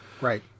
Right